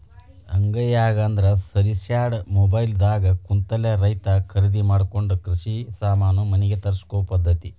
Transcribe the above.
ಅಂಗೈಯಾಗ ಅಂದ್ರ ಸರಿಸ್ಯಾಡು ಮೊಬೈಲ್ ದಾಗ ಕುಂತಲೆ ರೈತಾ ಕರಿದಿ ಮಾಡಕೊಂಡ ಕೃಷಿ ಸಾಮಾನ ಮನಿಗೆ ತರ್ಸಕೊ ಪದ್ದತಿ